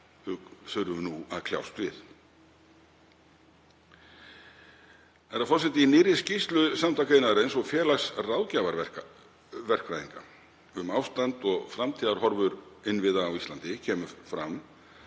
við þurfum nú að kljást við. Í nýrri skýrslu Samtaka iðnaðarins og Félags ráðgjafarverkfræðinga um ástand og framtíðarhorfur innviða á Íslandi kemur fram